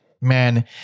man